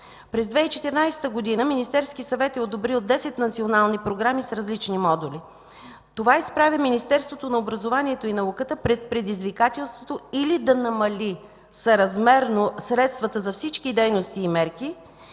През 2014 г. Министерският съвет е одобрил 10 национални програми с различни модули. Това изправя Министерството на образованието и науката пред предизвикателството или да намали съразмерно средствата за всички дейности и мерки,